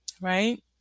Right